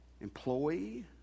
employee